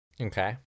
Okay